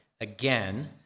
again